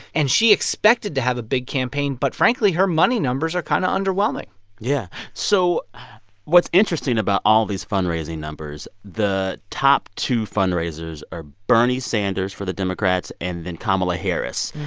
and she expected to have a big campaign. but, frankly, her money numbers are kind of underwhelming yeah. so what's interesting about all these fundraising numbers the top two fundraisers are bernie sanders for the democrats and then kamala harris.